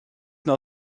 now